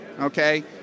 okay